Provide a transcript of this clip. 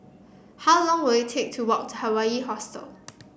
how long will it take to walk to Hawaii Hostel